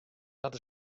dat